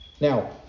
Now